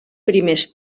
primers